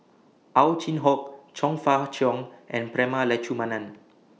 Ow Chin Hock Chong Fah Cheong and Prema Letchumanan